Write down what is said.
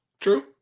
True